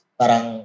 parang